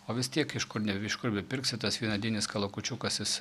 o vis tiek iš kur iš kur bepirksi tas vienadienis kalakučiukas jis